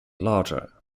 larger